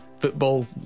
football